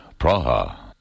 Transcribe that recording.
Praha